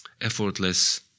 effortless